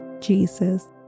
Jesus